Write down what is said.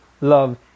Love